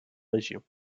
région